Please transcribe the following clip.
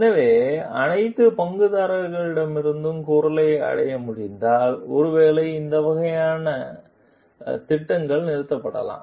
எனவே அனைத்து பங்குதாரர்களிடமிருந்தும் குரலை அடைய முடிந்தால் ஒருவேளை இந்த வகையான போன்ற திட்டங்கள் நிறுத்தப்படலாம்